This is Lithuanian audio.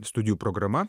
studijų programa